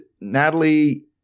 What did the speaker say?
Natalie